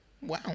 Wow